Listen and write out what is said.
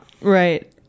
Right